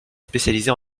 spécialisés